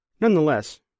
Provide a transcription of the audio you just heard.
Nonetheless